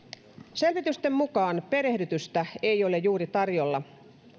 selvitysten mukaan perehdytystä ei ole juuri tarjolla